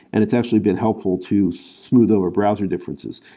and it's actually been helpful to smooth over browser differences.